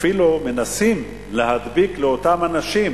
אפילו מנסים להדביק לאותם אנשים